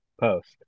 post